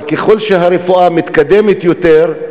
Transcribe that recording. אבל ככל שהרפואה מתקדמת יותר,